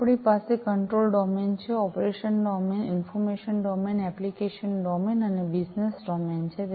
આ આપણી પાસે control domain operation domain information domain application domain application domain અને બિજનેસ ડોમેન છે